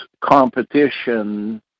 competition